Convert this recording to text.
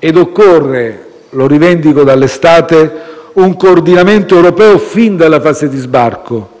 ed occorre - lo rivendico dall'estate - un coordinamento europeo fin dalla fase di sbarco.